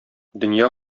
дөнья